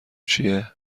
چیه